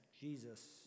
Jesus